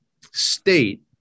state